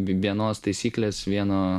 vi vienos taisyklės vieno